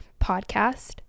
podcast